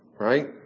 Right